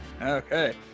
Okay